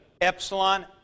epsilon